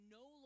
no